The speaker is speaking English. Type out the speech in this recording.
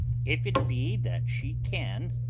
if it be that she can,